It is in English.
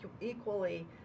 equally